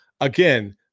again